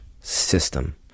system